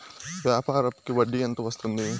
వ్యాపార అప్పుకి వడ్డీ ఎంత వస్తుంది?